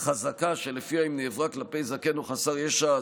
חזקה שלפיה אם נעברה כלפי זקן או חסר ישע,